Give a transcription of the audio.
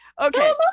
okay